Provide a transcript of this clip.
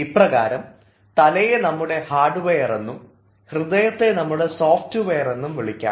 ഇപ്രകാരം തലയെ നമ്മുടെ ഹാർഡ്വെയർ എന്നും ഹൃദയത്തെ നമ്മുടെ സോഫ്റ്റ്വെയർ എന്നും വിളിക്കാം